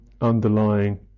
underlying